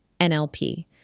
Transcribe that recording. NLP